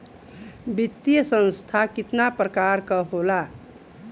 वित्तीय संस्था कितना प्रकार क होला?